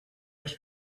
els